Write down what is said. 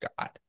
God